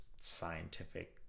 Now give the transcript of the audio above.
scientific